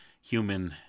human